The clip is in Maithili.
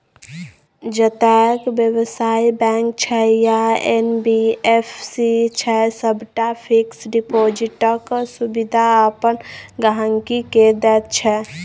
जतेक बेबसायी बैंक छै या एन.बी.एफ.सी छै सबटा फिक्स डिपोजिटक सुविधा अपन गांहिकी केँ दैत छै